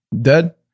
dead